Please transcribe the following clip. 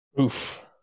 Oof